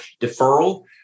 deferral